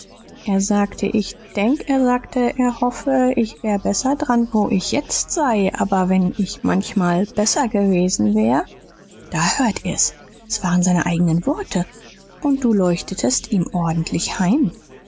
er sagte ich denk er sagte er hoffe ich wär besser dran wo ich setzt sei aber wenn ich manchmal besser gewesen wär da hört ihr's s waren seine eigenen worte und du leuchtetest ihm ordentlich heim